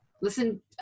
listen